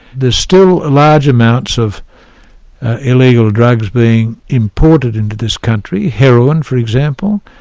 there's still large amounts of illegal drugs being imported into this country, heroin for example,